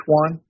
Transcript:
one